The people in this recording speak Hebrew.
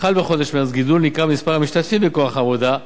חל בחודש מרס גידול ניכר במספר המשתתפים בכוח העבודה,